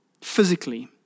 physically